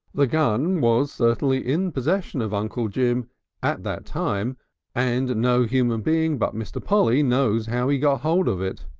the gun was certainly in possession of uncle jim at that time and no human being but mr. polly knows how he got hold of it.